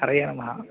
हरये नमः